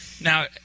Now